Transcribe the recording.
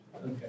Okay